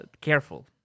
careful